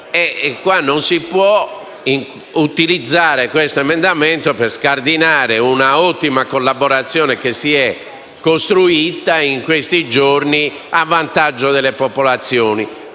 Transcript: Non si può qui utilizzare questo emendamento per scardinare l'ottima collaborazione che si è costruita in questi giorni a vantaggio delle popolazioni.